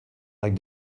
like